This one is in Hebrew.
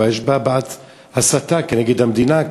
יש בה הסתה כנגד המדינה,